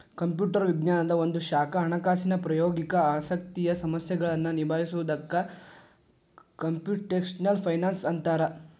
computer ವಿಜ್ಞಾನದ್ ಒಂದ ಶಾಖಾ ಹಣಕಾಸಿನ್ ಪ್ರಾಯೋಗಿಕ ಆಸಕ್ತಿಯ ಸಮಸ್ಯೆಗಳನ್ನ ನಿಭಾಯಿಸೊದಕ್ಕ ಕ್ಂಪುಟೆಷ್ನಲ್ ಫೈನಾನ್ಸ್ ಅಂತ್ತಾರ